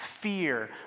fear